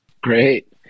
Great